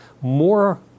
more